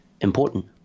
important